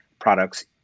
products